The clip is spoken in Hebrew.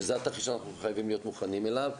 וזה התרחיש שאנחנו חייבים להיות מוכנים אליו.